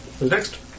next